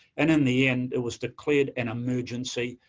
and in the end, it was declared an emergency,